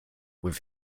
with